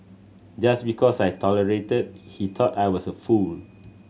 just because I tolerated he thought I was a fool